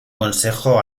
consejo